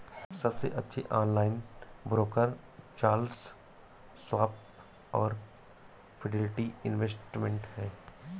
सबसे अच्छे online broker Charles Schwab और फिडेलिटी इन्वेस्टमेंट हैं